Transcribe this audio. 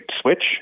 switch